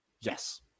yes